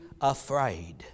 afraid